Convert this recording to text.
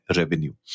revenue